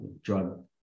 drug